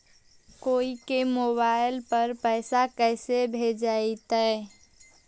कोई के मोबाईल पर पैसा कैसे भेजइतै?